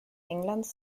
englands